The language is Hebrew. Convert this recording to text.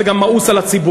זה גם מאוס על הציבור.